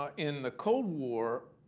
um in the cold war